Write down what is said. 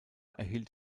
erhielt